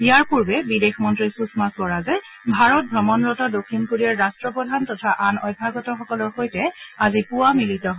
ইয়াৰ পূৰ্বে বিদেশ মন্ত্ৰী সুষমা স্বৰাজে ভাৰত ভ্ৰমণৰত দক্ষিণ কোৰিয়াৰ বাট্টপ্ৰধান তথা আন অভ্যাগতসকলৰ সৈতে আজি পুৱা মিলিত হয়